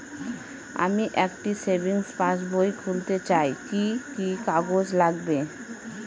আমি একটি savings passbook খুলতে চাই কি কি কাগজ লাগবে?